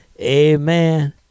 Amen